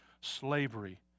slavery